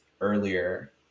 earlier